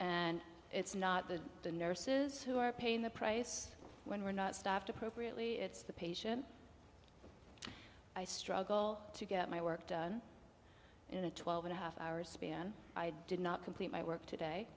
and it's not the nurses who are paying the price when we're not staffed appropriately it's the patient i struggle to get my work done in a twelve and a half hour span i did not complete my work today